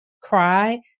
cry